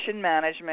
management